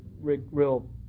real